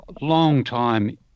long-time